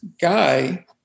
guy